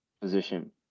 position